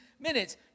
minutes